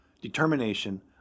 determination